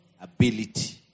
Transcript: ability